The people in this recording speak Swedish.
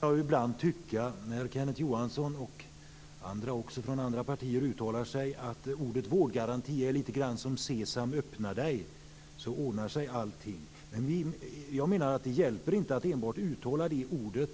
Fru talman! När Kenneth Johansson och andra från andra partier uttalar sig kan jag ibland tycka att ordet vårdgaranti är lite grand som "Sesam, öppna dig". Allting ordnar sig. Jag menar att det inte hjälper att uttala det ordet